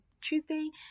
Tuesday